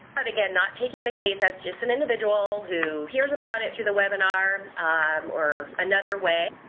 again not taking the case as just an individual who hears about it through the webinar um or another way.